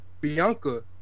Bianca